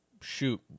shoot